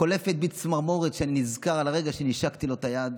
חולפת בי צמרמורת כשאני נזכר ברגע שנישקתי לו את היד.